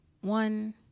One